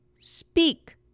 speak